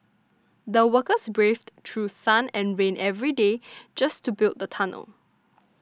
the workers braved through sun and rain every day just to build the tunnel